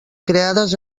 creades